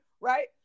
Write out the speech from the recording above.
right